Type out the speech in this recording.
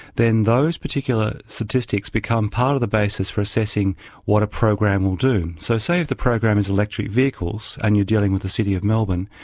then those those particular statistics become part of the basis for assessing what a program will do. so say if the program is electric vehicles and you're dealing with the city of melbourne,